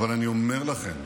אבל אני אומר לכם,